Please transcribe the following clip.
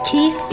Keep